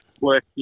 work